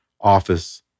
office